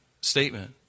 statement